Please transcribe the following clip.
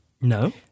No